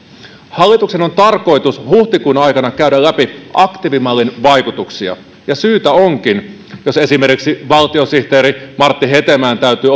hallituksen on tarkoitus huhtikuun aikana käydä läpi aktiivimallin vaikutuksia ja syytä onkin jos esimerkiksi valtiosihteeri martti hetemäen täytyy